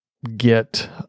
get